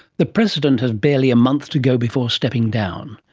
the president has barely a month to go before stepping down.